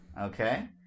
Okay